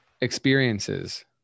experiences